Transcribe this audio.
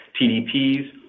TDPs